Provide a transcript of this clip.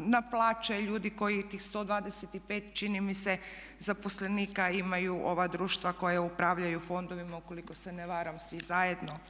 na plaće ljudi koji tih 125 čini mi se zaposlenika imaju ova društva koja upravljaju fondovima ukoliko se ne varam svi zajedno.